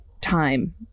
Time